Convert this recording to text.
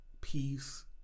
peace